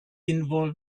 involve